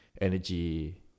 energy